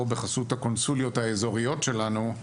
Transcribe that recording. או בחסות הקונסוליות האזוריות שלנו,